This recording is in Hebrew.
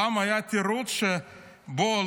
פעם היה תירוץ שבוא,